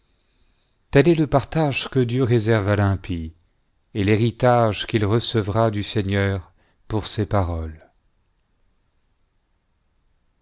tel est le partage que dieu réserve à l'impie et l'héritage qu'il recevra du seigneur pour ses paroles